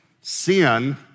Sin